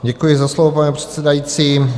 Děkuji za slovo, pane předsedající.